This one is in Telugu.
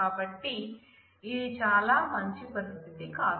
కాబట్టి ఇది చాలా మంచి పరిస్థితి కాదు